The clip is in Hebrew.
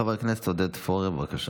חבר הכנסת עודד פורר, בבקשה.